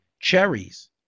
cherries